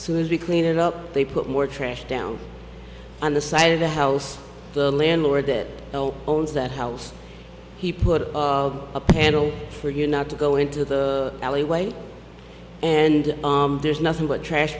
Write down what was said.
soon as we clean it up they put more trash down on the side of the house landlord that owns that house he put a panel for you not to go into the alleyway and there's nothing but trash